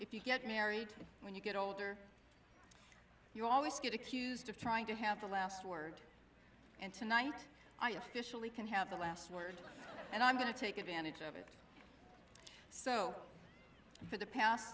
if you get married when you get older you always get accused of trying to have the last word and tonight i officially can have the last word and i'm going to take advantage of it so for the past